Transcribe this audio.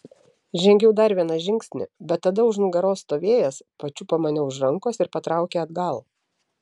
žengiau dar vieną žingsnį bet tada už nugaros stovėjęs pačiupo mane už rankos ir patraukė atgal